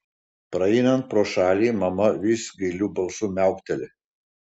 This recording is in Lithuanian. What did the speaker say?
praeinant pro šalį mama vis gailiu balsu miaukteli